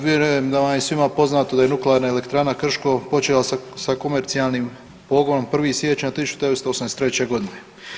Vjerujem da vam je svima poznato da je Nuklearna elektrana Krško počela sa komercijalnim pogonom 1. siječnja 1983. godine.